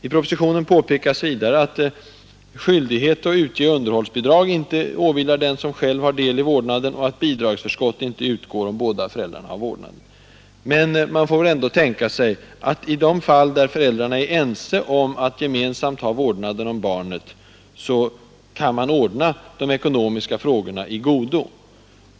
I propositionen påpekas vidare att skyldighet att betala underhållsbidrag inte åvilar den som själv har del i vårdnaden, och att bidragsförändå tänka sig att föräldrarna i de fall, där de är ense om att gemensamt ha vårdnaden om barnen, kan ordna de ekonomiska frågorna i godo.